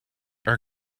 air